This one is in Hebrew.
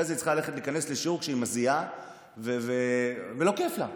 היא צריכה להיכנס לשיעור כשהיא מזיעה ולא כיף לה.